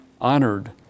honored